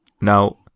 Now